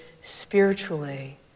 spiritually